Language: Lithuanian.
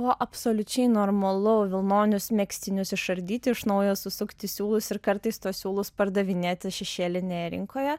buvo absoliučiai normalu vilnonius megztinius išardyti iš naujo susukti siūlus ir kartais tuos siūlus pardavinėti šešėlinėje rinkoje